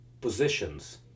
positions